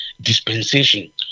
dispensation